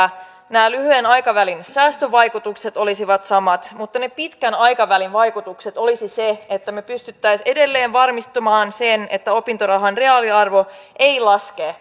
nämä lyhyen aikavälin säästövaikutukset olisivat samat mutta ne pitkän aikavälin vaikutukset olisivat että me pystyisimme edelleen varmistamaan sen että opintorahan reaaliarvo ei laske